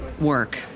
work